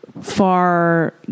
far